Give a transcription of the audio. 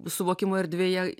suvokimo erdvėje